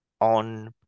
on